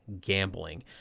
gambling